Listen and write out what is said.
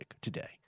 today